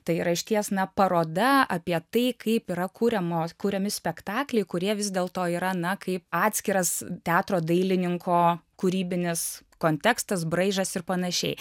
tai yra išties na paroda apie tai kaip yra kuriamos kuriami spektakliai kurie vis dėl to yra na kaip atskiras teatro dailininko kūrybinis kontekstas braižas ir panašiai